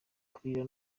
kurira